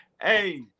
Hey